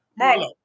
Marlo